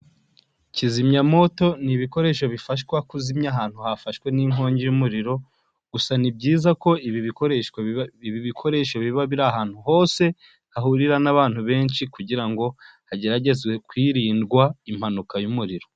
Kizimyamwoto ni ibikoresho bifashwa kuzimya ahantu hafashwe n'inkongi y'umuriro, gusa ni byiza ko ibi bikoresho biba biri ahantu hose hahurira n'abantu benshi, kugira ngo hageragezwe kwirindwa impanuka y'umuriro.